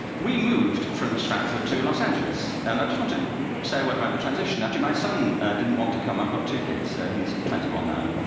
we moved from stratford to los angeles, and i just want to say a word about the transition. actually, my son didn't want to come. i've got two kids he's twenty one now, and but